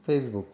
Facebook